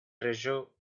treasure